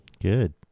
Good